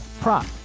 prop